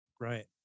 right